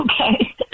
Okay